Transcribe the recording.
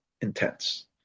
intense